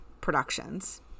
productions